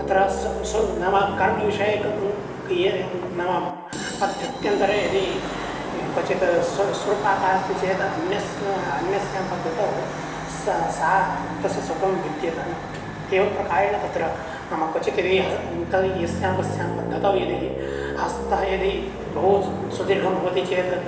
तत्र नामकरणविषयक ये नाम पद्धत्यन्तरे यदि क्वचित् सुरपाका अस्ति चेत् अन्यस्यां पद्धतौ सा सा तस्य स्वरूपं भिद्यते नाम एवं प्रकारेण तत्र मम क्वचित् यस्यां कस्यां पद्धतौ यदि हस्तः यदि बहुसुदीर्घं भवति चेत्